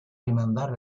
rimandare